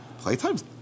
Playtime's